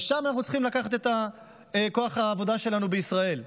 לשם אנחנו צריכים לקחת את כוח העבודה שלנו בישראל.